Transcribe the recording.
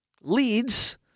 Leads